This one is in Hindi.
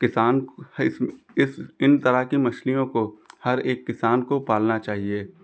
किसान को इस इन तरह की मछलियों को हर एक किसान को पालना चाहिए